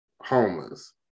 homeless